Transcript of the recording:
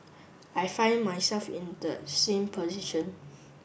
I find myself in that same position